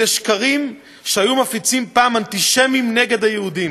אלה שקרים שהיו מפיצים פעם אנטישמים נגד היהודים.